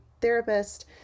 therapist